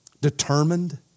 determined